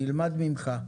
נלמד ממך.